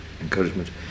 encouragement